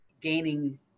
gaining